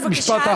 בבקשה,